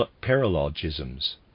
Paralogisms